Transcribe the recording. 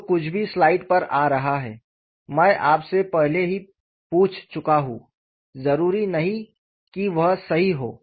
जो कुछ भी स्लाइड पर आ रहा है मैं आपसे पहले ही पूछ चुका हूं जरूरी नहीं कि वह सही हो